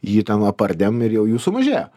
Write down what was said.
jį ten apardėm ir jau jų sumažėjo